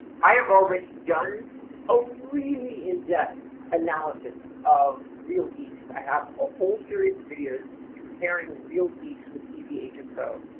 i have already done a really in-depth analysis of real geeks. i have a whole series of videos comparing real geeks with easy agent pro.